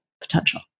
potential